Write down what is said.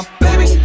baby